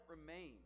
remain